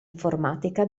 informatica